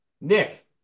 Nick